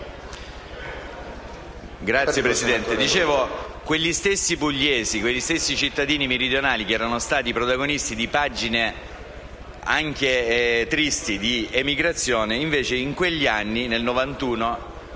Signor Presidente, stavo dicendo che quei pugliesi, quegli stessi cittadini meridionali, che erano stati protagonisti di pagine anche tristi di emigrazione, invece in quegli anni e nel 1991